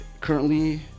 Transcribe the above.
currently